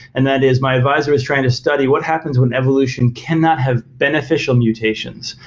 and that is my advisor is trying to study what happens when evolution cannot have beneficial mutations?